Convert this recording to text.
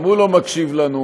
גם הוא לא מקשיב לנו.